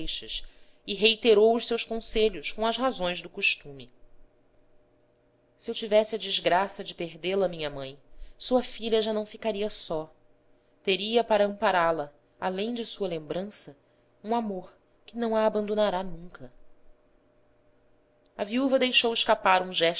seixas e reiterou os seus conselhos com as razões do costume se eu tivesse a desgraça de perdê-la minha mãe sua filha já não ficaria só teria para ampará la além de sua lembrança um amor que não a abandonará nunca a viúva deixou escapar um gesto